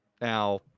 now